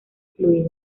fluida